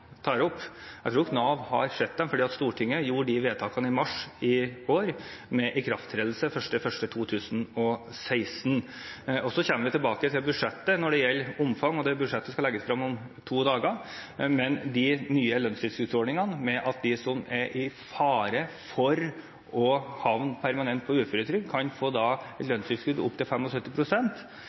Jeg tror Nav har sett dem, for Stortinget gjorde disse vedtakene i mars i år, med ikrafttredelse 1. januar 2016. Så kommer vi tilbake til det i budsjettet når det gjelder omfang, og det budsjettet skal legges frem om to dager. Men de nye lønnstilskuddsordningene – at de som er i fare for å havne permanent på uføretrygd, i realiteten kan få lønnstilskudd på opptil